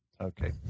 Okay